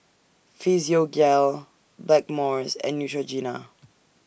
Physiogel Blackmores and Neutrogena